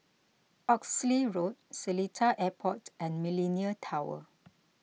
Oxley Road Seletar Airport and Millenia Tower